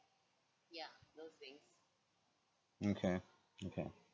okay okay